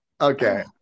okay